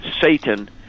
Satan